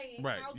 Right